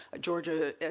Georgia